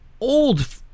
old